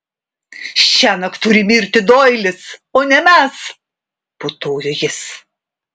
šiąnakt turi mirti doilis o ne mes putojo jis